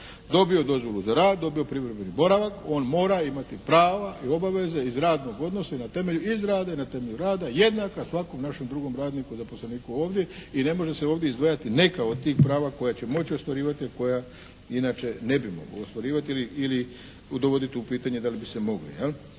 dobio dozvolu za rad, dobio privremeni boravak on mora imati prava i obaveze iz radnog odnosa i na temelju iz rada i na temelju rada jednaka svakom našem drugom radniku i zaposleniku ovdje i ne može se ovdje izdvajati neka od tih prava koja će moći ostvarivati a koja inače ne bi mogao ostvarivati ili dovoditi u pitanje da li bi se moglo